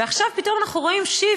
ועכשיו פתאום אנחנו רואים shift,